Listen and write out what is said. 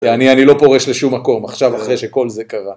אני לא פורש לשום מקום, עכשיו אחרי שכל זה קרה.